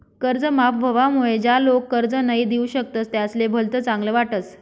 कर्ज माफ व्हवामुळे ज्या लोक कर्ज नई दिऊ शकतस त्यासले भलत चांगल वाटस